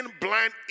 blind